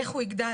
איך הוא יגדל,